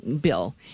bill